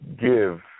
give